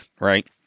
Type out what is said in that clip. right